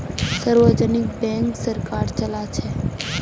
सार्वजनिक बैंक सरकार चलाछे